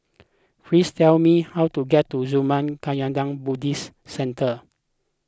please tell me how to get to Zurmang Kagyud Buddhist Centre